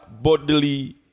bodily